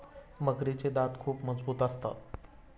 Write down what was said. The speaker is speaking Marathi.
मगरीचे दात खूप मजबूत असतात